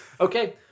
Okay